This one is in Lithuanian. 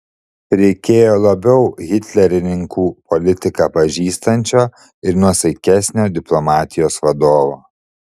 reikėjo labiau hitlerininkų politiką pažįstančio ir nuosaikesnio diplomatijos vadovo